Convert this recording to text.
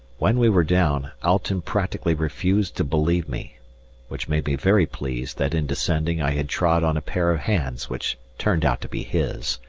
when we were down, alten practically refused to believe me which made me very pleased that in descending i had trod on a pair of hands which turned out to be his,